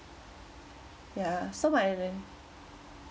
ya so my